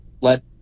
let